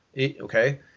okay